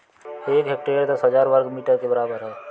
एक हेक्टेयर दस हजार वर्ग मीटर के बराबर है